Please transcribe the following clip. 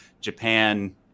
japan